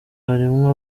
harimwo